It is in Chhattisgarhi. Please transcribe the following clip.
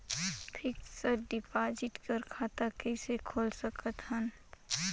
फिक्स्ड डिपॉजिट बर खाता कइसे खोल सकत हन?